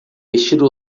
vestido